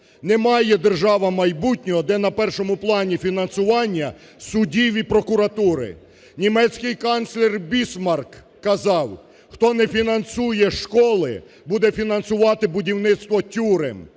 Не має держава майбутнього, де на першому плані фінансування судів і прокуратури. Німецький канцлер Бісмарк казав: хто не фінансує школи, буде фінансувати будівництво тюрем.